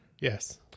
Yes